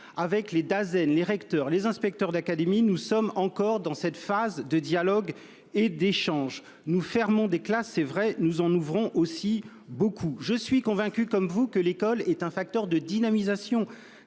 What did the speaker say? (Dasen), les recteurs, les inspecteurs d'académie, nous sommes encore dans cette phase de dialogue et d'échange. Nous fermons des classes, c'est vrai, mais nous en ouvrons aussi beaucoup. Je suis convaincu, comme vous, que l'école est un facteur de dynamisation